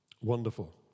wonderful